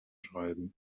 schreiben